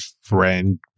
friend